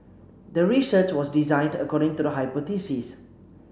the research was designed according to the hypothesis